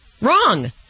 Wrong